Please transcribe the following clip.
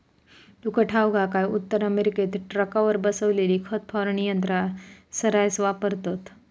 तुका ठाऊक हा काय, उत्तर अमेरिकेत ट्रकावर बसवलेली खत फवारणी यंत्रा सऱ्हास वापरतत